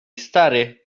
stary